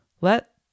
Let